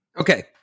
Okay